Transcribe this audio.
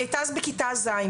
היא הייתה אז בכיתה ז',